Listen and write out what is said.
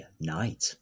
Night